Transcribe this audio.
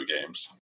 games